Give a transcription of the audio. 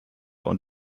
und